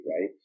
right